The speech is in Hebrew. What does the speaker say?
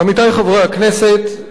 עמיתי חברי הכנסת,